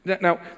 Now